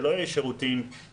שזה לא יהיו שירותים לנכים